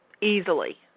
easily